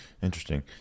Interesting